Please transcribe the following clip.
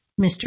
Mr